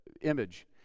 image